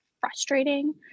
frustrating